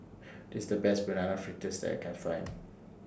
This The Best Banana Fritters that I Can Find